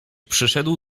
przyszedł